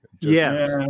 Yes